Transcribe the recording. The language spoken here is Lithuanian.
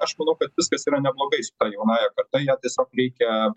aš manau kad viskas yra neblogai su jaunąja karta ją tiesiog reikia